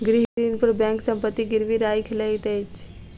गृह ऋण पर बैंक संपत्ति गिरवी राइख लैत अछि